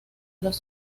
los